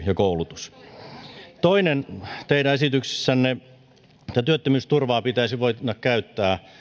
ja koulutus yhdistyvät toinen teidän esityksessänne työttömyysturvaa pitäisi voida käyttää